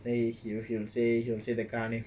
then he he will say he would say the car name